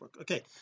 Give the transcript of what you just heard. Okay